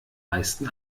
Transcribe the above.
meisten